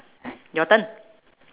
your turn